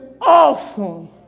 awesome